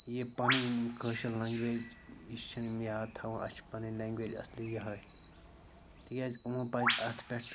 یہِ پَنٕنۍ یِم کٲشِر لنٛگویج یہِ چھِنہٕ یِم یاد تھاوان اَسہِ چھِ پَنٕنۍ لینٛگویج اَصلی یِہوٚے تِکیٛازِ یِمَن پَزِ اَتھ پٮ۪ٹھ